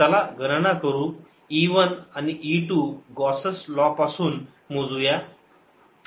चला गणना करून E 1 आणि E 2 गॉस लाँ पासून मोजुया